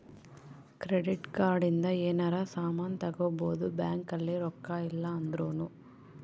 credit card ಇಂದ ಯೆನರ ಸಾಮನ್ ತಗೊಬೊದು ಬ್ಯಾಂಕ್ ಅಲ್ಲಿ ರೊಕ್ಕ ಇಲ್ಲ ಅಂದೃನು